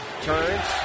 turns